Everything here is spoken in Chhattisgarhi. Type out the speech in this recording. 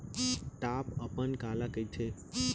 टॉप अपन काला कहिथे?